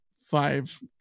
five